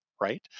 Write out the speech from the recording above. Right